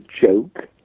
joke